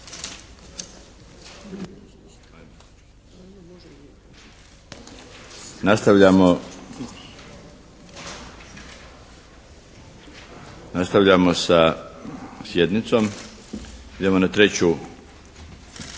Nastavljamo sa sjednicom. Idemo na treću